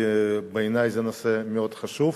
כי בעיני זה נושא מאוד חשוב.